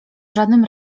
żadnym